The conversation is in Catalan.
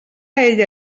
ella